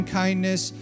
kindness